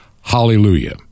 Hallelujah